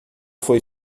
foi